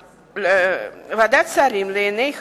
ועדת שרים לענייני